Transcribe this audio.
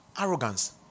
Arrogance